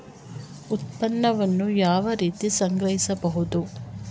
ಉತ್ಪನ್ನವನ್ನು ಯಾವ ರೀತಿ ಸಂಗ್ರಹಿಸಬಹುದು?